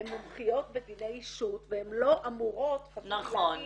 הן מומחיות בדיני אישות והן לא אמורות לפעול